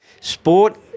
Sport